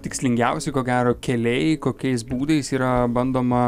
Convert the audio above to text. tikslingiausi ko gero keliai kokiais būdais yra bandoma